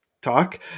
talk